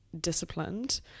disciplined